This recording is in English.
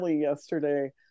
yesterday